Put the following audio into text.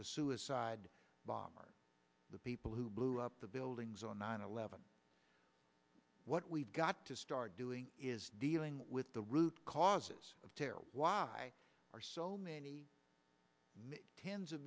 the suicide bomber the people who blew up the buildings on nine eleven what we've got to start doing is dealing with the root causes of terror why are so many tens of